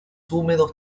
húmedos